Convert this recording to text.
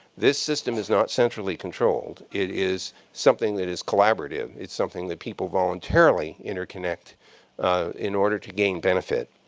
this system is not centrally controlled. it is something that is collaborative. it's something that people voluntarily interconnect in order to gain benefit.